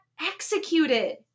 executed